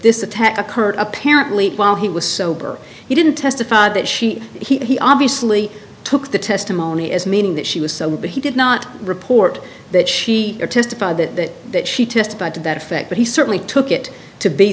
this attack occurred apparently while he was sober he didn't testify that she he obviously took the testimony as meaning that she was so but he did not report that she testified that that she testified to that effect but he certainly took it to be